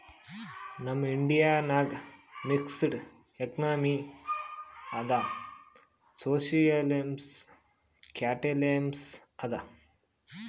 ನಮ್ ಇಂಡಿಯಾ ನಾಗ್ mixed economy ಅದಾ ಸೋಶಿಯಲಿಸಂ, ಕ್ಯಾಪಿಟಲಿಸಂ ಅದಾ